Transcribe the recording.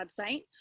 website